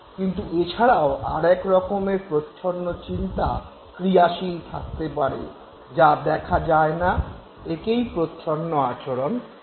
কিন্তু এছাড়াও আর এক রকমের প্রচ্ছন্ন চিন্তা ক্রিয়াশীল থাকতে পারে যা দেখা যায় না একেই প্রচ্ছন্ন আচরণ বলা হয়